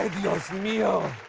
mio!